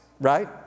Right